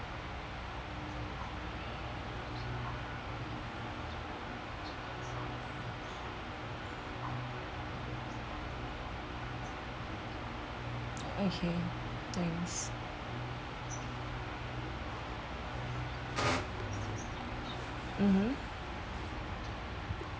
okay thanks mmhmm